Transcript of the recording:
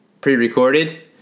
pre-recorded